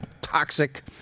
toxic